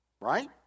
right